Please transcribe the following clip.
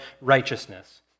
righteousness